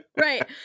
Right